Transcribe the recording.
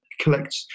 collect